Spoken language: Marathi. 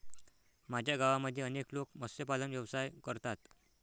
माझ्या गावामध्ये अनेक लोक मत्स्यपालन व्यवसाय करतात